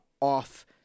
off